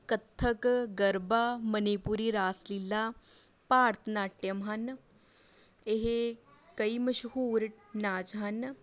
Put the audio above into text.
Kathak Garba Manipuri Raslila Bharatanatyam ਹਨ ਇਹ ਕਈ ਮਸ਼ਹੂਰ ਨਾਚ ਹਨ